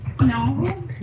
No